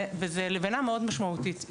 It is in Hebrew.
וזו לבנה מאוד משמעותית,